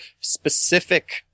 specific